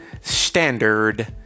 Standard